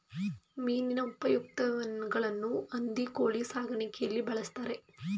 ಮೀನಿನ ಉಪಉತ್ಪನ್ನಗಳನ್ನು ಹಂದಿ ಕೋಳಿ ಸಾಕಾಣಿಕೆಯಲ್ಲಿ ಬಳ್ಸತ್ತರೆ